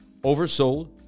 oversold